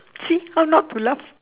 see how not to laugh